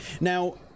now